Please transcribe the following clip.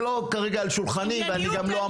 זה לא על שולחני כרגע,